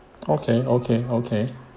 okay okay okay